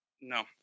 no